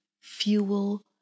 fuel